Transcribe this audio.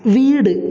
വീട്